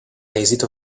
esito